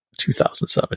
2007